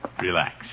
Relax